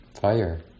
fire